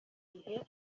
gihe